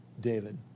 David